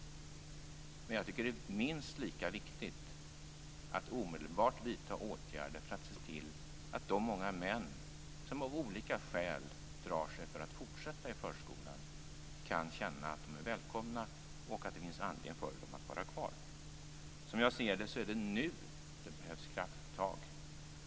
Men jag tycker att det är minst lika viktigt att omedelbart vidta åtgärder för att se till att de många män som av olika skäl drar sig för att fortsätta i förskolan kan känna att de är välkomna och att det finns anledning för dem att vara kvar. Som jag ser det är det nu det behövs krafttag.